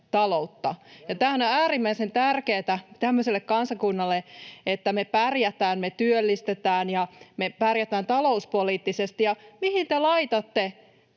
taloutta. Tämähän on äärimmäisen tärkeätä tämmöiselle kansakunnalle, että me pärjätään, me työllistetään ja me pärjätään talouspoliittisesti, ja mihin te laitatte